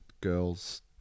girls